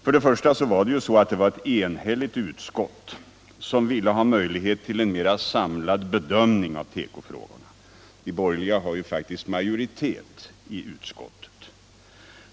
För det första var det ett enhälligt utskott som ville ha möjlighet till en mera samlad bedömning av tekofrågorna. De borgerliga har ju faktiskt majoritet i utskottet.